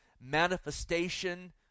manifestation